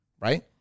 Right